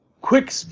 quick